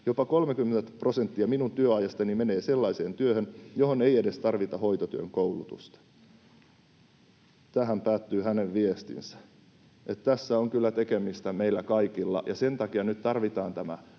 Jopa 30 prosenttia minun työajastani menee sellaiseen työhön, johon ei edes tarvita hoitotyön koulutusta.” Tähän päättyy hänen viestinsä. Tässä on kyllä tekemistä meillä kaikilla. Ja sen takia nyt tarvitaan tämä